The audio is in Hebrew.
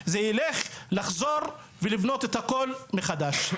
זה ילך לחזור ולבנות את הכול מחדש.